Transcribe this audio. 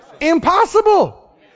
Impossible